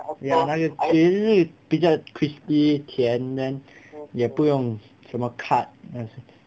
ya 我买了十粒比较 crispy 甜 then 也不用什么 cut 那些